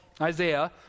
Isaiah